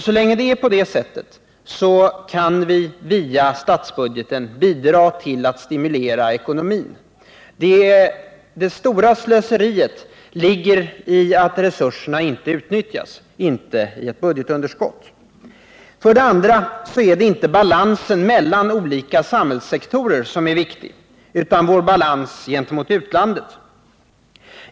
Så länge det är på det sättet kan vi via statsbudgeten bidra till att stimulera ekonomin. Det stora slöseriet ligger i att resurserna inte utnyttjas — inte i ett budgetunderskott. För det andra är det inte balansen mellan olika samhällssektorer som är viktig utan vår balans gentemot utlandet.